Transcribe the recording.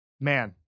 man